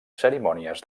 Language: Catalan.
cerimònies